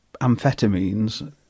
amphetamines